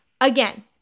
again